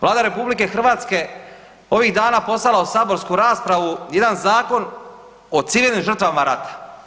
Vlada RH ovih dana poslala u saborsku raspravu jedan Zakon o civilnim žrtvama rata.